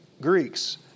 Greeks